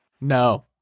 No